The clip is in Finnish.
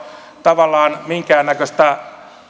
tavallaan minkäännäköistä